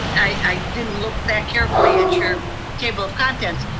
i didn't look that carefully at your table of contents,